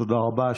תודה רבה.